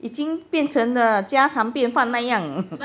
已经变成的家常便饭那样